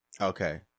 Okay